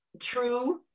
true